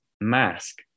mask